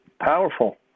powerful